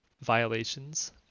violations